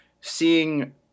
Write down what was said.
seeing